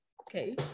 Okay